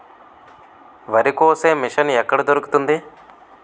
వరి కోసే మిషన్ ఎక్కడ దొరుకుతుంది?